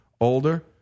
Older